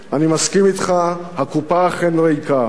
אני מסכים אתך, הקופה אכן ריקה.